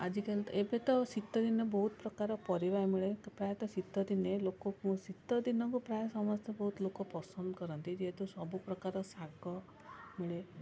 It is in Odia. ଆଜିକାଲି ତ ଏବେ ତ ଶୀତଦିନ ବହୁତ ପ୍ରକାର ପରିବା ମିଳେ ପ୍ରାୟତଃ ଶୀତଦିନେ ଲୋକ ଶୀତଦିନକୁ ପ୍ରାୟ ସମସ୍ତ ବହୁତ ଲୋକ ପସନ୍ଦ କରନ୍ତି ଯେହେତୁ ସବୁପ୍ରକାର ଶାଗ ମିଳେ